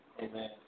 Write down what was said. Amen